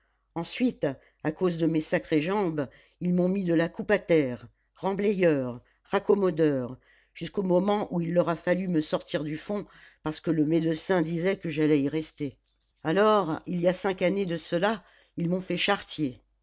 ensuite à cause de mes sacrées jambes ils m'ont mis de la coupe à terre remblayeur raccommodeur jusqu'au moment où il leur a fallu me sortir du fond parce que le médecin disait que j'allais y rester alors il y a cinq années de cela ils m'ont fait charretier